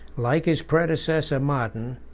like his predecessor martin,